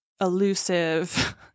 elusive